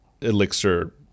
elixir